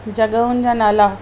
जॻहयुनि जा नाला